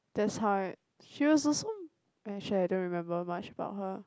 that's how I she was also actually I don't remember much about her